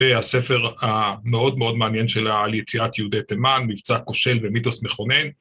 ‫והספר המאוד מאוד מעניין שלה ‫על יציאת יהודי תימן, ‫מבצע כושל ומיתוס מכונן.